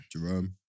Jerome